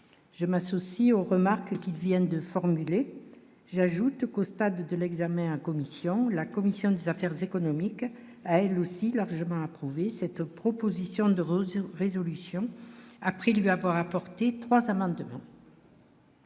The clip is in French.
Je m'associe aux remarques qui viennent de formuler j'ajoute qu'au stade de l'examen en commission La commission des affaires économiques, elle aussi, largement approuvé cette proposition de Roger résolution après lui avoir apporté 322. Notre